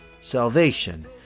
Salvation